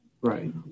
Right